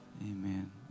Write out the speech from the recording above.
Amen